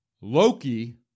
Loki